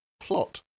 Plot